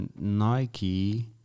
Nike